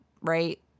right